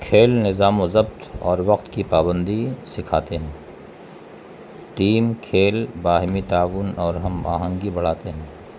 کھیل نظام و ضبط اور وقت کی پابندی سکھاتے ہیں ٹیم کھیل باہمی تعاون اور ہم آہنگی بڑھاتے ہیں